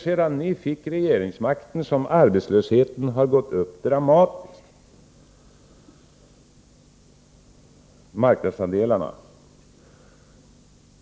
Så till frågan om marknadsandelarna!